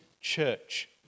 church